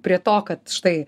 prie to kad štai